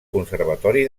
conservatori